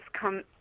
come